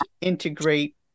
integrate